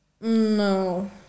No